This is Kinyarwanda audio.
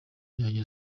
yajya